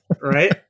right